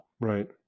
right